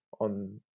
on